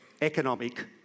economic